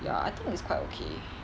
ya I think is quite okay